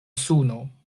suno